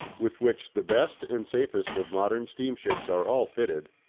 with which the best and safest of modern steam-ships are all fitted,